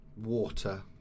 water